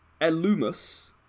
Elumus